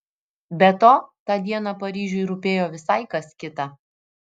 be to tą dieną paryžiui rūpėjo visai kas kita